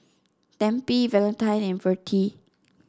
Tempie Valentine and Vertie